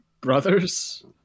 brothers